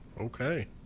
okay